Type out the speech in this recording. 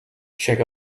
check